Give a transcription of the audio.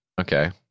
Okay